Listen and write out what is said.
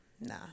nah